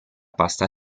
pasta